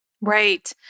Right